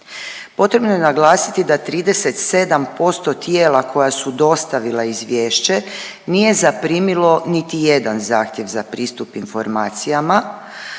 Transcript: Potrebno je naglasiti da 37% tijela koja su dostavila izvješće nije zaprimilo niti jedan zahtjev za pristup informacijama,